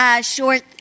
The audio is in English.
short